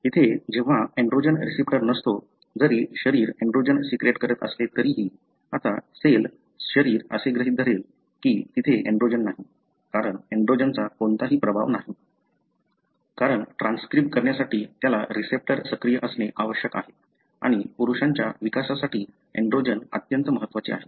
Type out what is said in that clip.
तेथे जेव्हा androgen receptor नसतो जरी शरीर एन्ड्रोजन सीक्रेट करत असले तरीही आता सेल शरीर असे गृहीत धरेल की तेथे एंड्रोजन नाही कारण एन्ड्रोजनचा कोणताही प्रभाव नाही कारण ट्रान्सक्रिब करण्यासाठी त्याला रिसेप्टर सक्रिय असणे आवश्यक आहे आणि पुरुषांच्या विकासासाठी एंड्रोजन अत्यंत महत्वाचे आहे